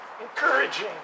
encouraging